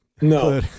No